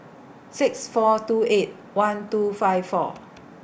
six four two eight one two five four